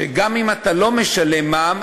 שגם אם אתה לא משלם מע"מ,